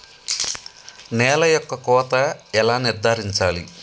నేల యొక్క కోత ఎలా నిర్ధారించాలి?